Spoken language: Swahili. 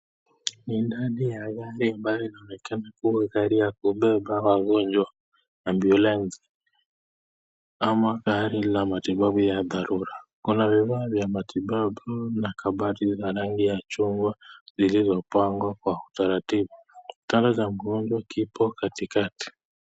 Ni ndani ya gari inayotumika kubeba wagonjwa, Ambulensi amaa gari ya dharura. Kuna bidhaa za matibabu ya rangi ya chungwa lililopangwa kwa utaratibu. Sare za mgonjwa kipo katikati.